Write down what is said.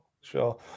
sure